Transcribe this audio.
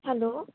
hello